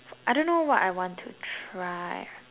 for I don't know what I want to try